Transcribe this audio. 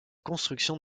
construction